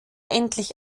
endlich